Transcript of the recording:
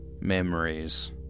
memories